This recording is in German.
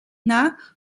nach